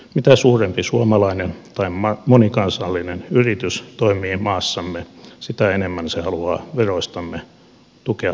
mitä suurempi suomalainen tai monikansallinen yritys toimii maassamme sitä enemmän se haluaa veroistamme tukea toiminnalleen